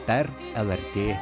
per lrt